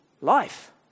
life